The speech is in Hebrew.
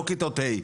לא כיתות ה'.